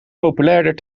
populairder